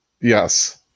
Yes